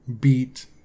beat